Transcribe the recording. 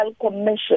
commission